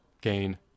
gain